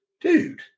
Dude